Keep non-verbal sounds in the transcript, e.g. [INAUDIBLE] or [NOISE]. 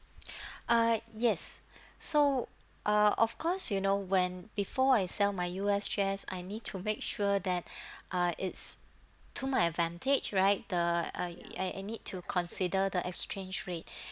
[BREATH] uh yes so uh of course you know when before I sell my U_S shares I need to make sure that [BREATH] uh it's to my advantage right the I I I need to consider the exchange rate